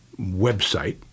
website